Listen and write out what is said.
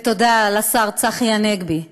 ותודה לשר צחי הנגבי,